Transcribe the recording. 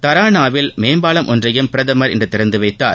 தராணாவில் மேம்பலம் ஒன்றையும் பிரதமர் இன்று திறந்து வைத்தார்